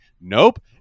nope